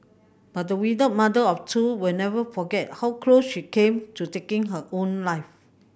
but the widowed mother of two will never forget how close she came to taking her own life